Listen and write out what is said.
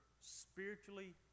spiritually